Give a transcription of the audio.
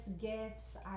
gifts